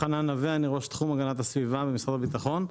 אני ראש תחום הגנת הסביבה במשרד הביטחון.